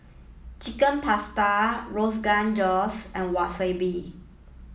Chicken Pasta Rogan Josh and Wasabi